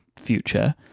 future